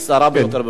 קצרה ביותר.